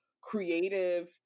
creative